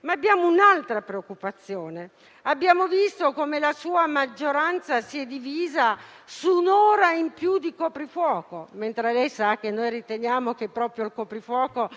Ma abbiamo un'altra preoccupazione. Abbiamo visto come la sua maggioranza si sia divisa su un'ora in più di coprifuoco, mentre lei sa che noi riteniamo che non fosse proprio